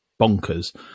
bonkers